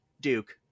Duke